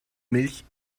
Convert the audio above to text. milch